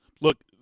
Look